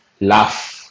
Laugh